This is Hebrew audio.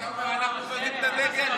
אתה אומר שאנחנו מבזים את הדגל?